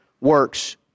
works